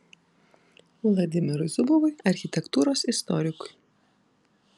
vladimirui zubovui architektūros istorikui